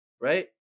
right